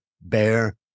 bear